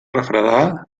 refredar